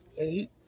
Eight